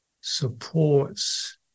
supports